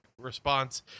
response